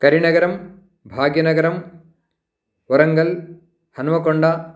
करिणगरं भाग्यनगरं वरङ्गल् हनुमकोण्ड